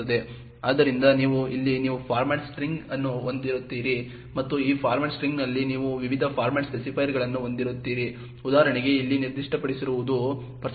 ಆದ್ದರಿಂದ ನೀವು ಇಲ್ಲಿ ನಿಮ್ಮ ಫಾರ್ಮ್ಯಾಟ್ ಸ್ಟ್ರಿಂಗ್ ಅನ್ನು ಹೊಂದಿರುತ್ತೀರಿ ಮತ್ತು ಈ ಫಾರ್ಮ್ಯಾಟ್ ಸ್ಟ್ರಿಂಗ್ನಲ್ಲಿ ನೀವು ವಿವಿಧ ಫಾರ್ಮ್ಯಾಟ್ ಸ್ಪೆಸಿಫೈಯರ್ಗಳನ್ನು ಹೊಂದಿರುತ್ತೀರಿ ಉದಾಹರಣೆಗೆ ಇಲ್ಲಿ ನಿರ್ದಿಷ್ಟಪಡಿಸಿರುವುದು d